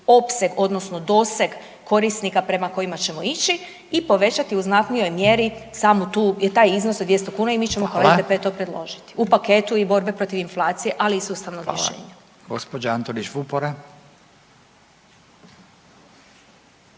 opseg, odnosno doseg korisnika prema kojima ćemo ići i povećati u znatnijoj mjeri samu, taj iznos od 200 kuna i mi ćemo kao SDP to .../Upadica: Hvala./... predložiti u paketu i borbe protiv inflacije, ali i sustavnog rješenja. **Radin, Furio